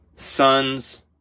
Sons